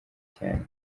cyane